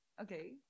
Okay